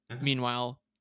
Meanwhile